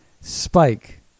spike